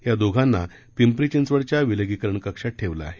या दोघांना पिंपरी चिंचवडच्या विलगीकरण कक्षात ठेवण्यात आलं आहे